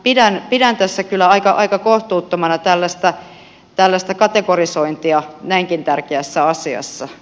minä pidän tässä kyllä aika kohtuuttomana tällaista kategorisointia näinkin tärkeässä asiassa